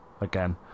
again